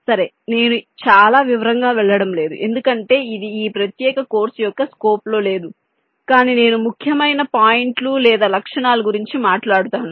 సరే నేను చాలా వివరంగా వెళ్ళడం లేదు ఎందుకంటే ఇది ఈ ప్రత్యేక కోర్సు యొక్క స్కోప్ లో లేదు కాని నేను ముఖ్యమైన పాయింట్లు లేదా లక్షణాల గురించి మాట్లాడుతాను